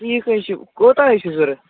ٹھیٖک حظ چھِ کوتاہ حظ چھِ ضروٗرت